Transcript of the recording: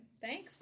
thanks